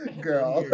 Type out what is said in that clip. Girl